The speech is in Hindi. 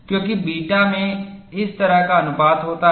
क्योंकि बीटा में इस तरह का अनुपात होता है